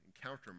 encounter